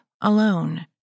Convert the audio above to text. Alone